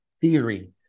Theory